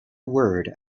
word